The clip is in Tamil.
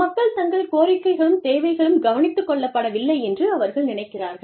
மக்கள் தங்கள் கோரிக்கைகளும் தேவைகளும் கவனித்துக் கொள்ளப்படவில்லை என்று அவர்கள் நினைக்கிறார்கள்